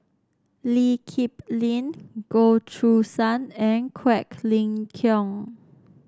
Lee Kip Lin Goh Choo San and Quek Ling Kiong